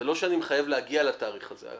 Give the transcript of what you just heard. זה לא שאני מחייב להגיע לתאריך הזה.